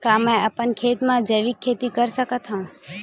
का मैं अपन खेत म जैविक खेती कर सकत हंव?